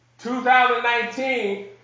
2019